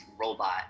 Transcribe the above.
robot